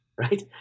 Right